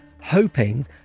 hoping